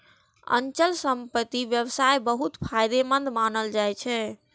अचल संपत्तिक व्यवसाय बहुत फायदेमंद मानल जाइ छै